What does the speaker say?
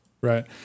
Right